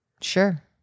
Sure